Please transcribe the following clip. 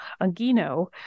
Angino